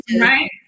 right